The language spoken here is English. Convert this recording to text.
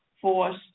force